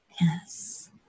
Yes